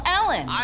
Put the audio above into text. Ellen